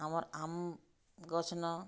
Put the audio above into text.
ଆମର୍ ଆମ୍ ଗଛ୍ନ